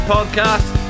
Podcast